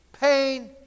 pain